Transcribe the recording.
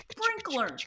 sprinkler